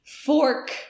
Fork